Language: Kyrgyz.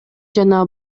жана